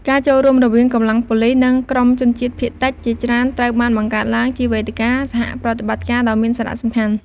ការចូលរួមរវាងកម្លាំងប៉ូលិស និងក្រុមជនជាតិភាគតិចជាច្រើន ត្រូវបានបង្កើតឡើងជាវេទិកាសហប្រតិបត្តិការដ៏មានសារៈសំខាន់។